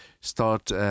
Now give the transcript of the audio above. start